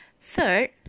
third